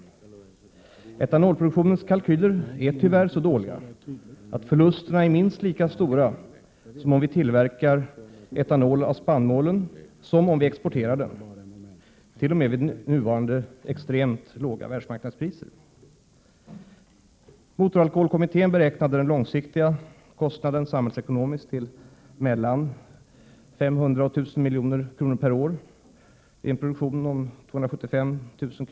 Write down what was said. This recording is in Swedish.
Kalkylerna för etanolproduktionen är tyvärr så dåliga att förlusterna blir minst lika stora om vi tillverkar etanol av spannmålen som om vi exporterar den, t.o.m. vid nuvarande extremt låga världsmarknadspriser. Motoralkoholkommittén beräknade den långsiktiga samhällsekonomiska kostnaden till mellan 500 och 1 000 milj.kr. per år vid en produktion av 275 000 m?